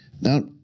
Now